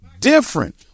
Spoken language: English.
Different